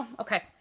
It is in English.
Okay